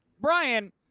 Brian